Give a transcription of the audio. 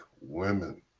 women